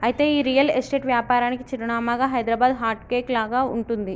అయితే ఈ real estate వ్యాపారానికి చిరునామాగా హైదరాబాదు హార్ట్ కేక్ లాగా ఉంటుంది